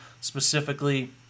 Specifically